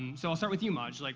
so i'll start with you, maj. like,